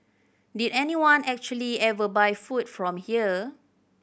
did anyone actually ever buy food from here